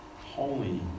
Holy